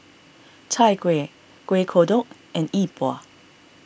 Chai Kuih Kuih Kodok and Yi Bua